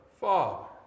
Father